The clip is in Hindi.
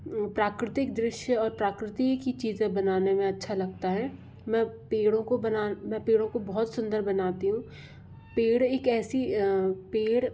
प्राकृतिक दृश्य और प्रकृति की चीज़ें बनाने में अच्छा लगता है मैं पेड़ों को बना मैं पेड़ों को बहुत सुंदर बनाती हूँ पेड़ एक ऐसी पेड़